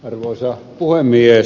arvoisa puhemies